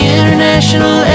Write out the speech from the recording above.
International